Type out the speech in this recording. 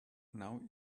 now